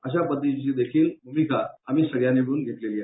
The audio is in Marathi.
अशा पद्धतीचे देखील भूमिका आम्ही सर्वांनी मिळून घेतलेली आहे